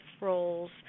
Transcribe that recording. roles